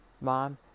Mom